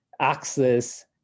access